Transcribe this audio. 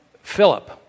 Philip